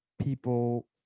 people